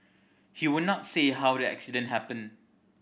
he would not say how the accident happened